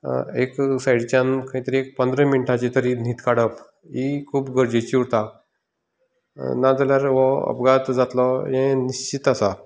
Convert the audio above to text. एक सायडीच्यान खंय तरी एक पंदरा मिण्टांची तरी न्हीद काडप ही खूब गरजेची उरता ना जाल्यार हो अपघात जातलो हें निश्चीत आसा